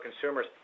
consumers